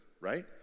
right